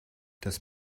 das